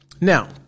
Now